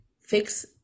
fix